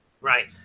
right